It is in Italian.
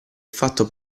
fatto